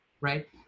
Right